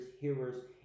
hearers